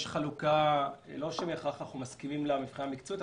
יש חלוקה שאנחנו לא בהכרח מסכימים לה מבחינה מקצועית,